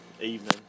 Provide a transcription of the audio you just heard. evening